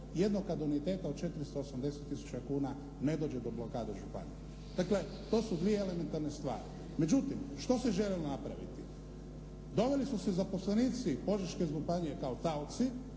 se ne razumije./… od 480 tisuća kuna ne dođe do blokade županije. Dakle, to su dvije elementarne stvari. Međutim, što se željelo napraviti? Doveli su se zaposlenici Požeške županije kao taoci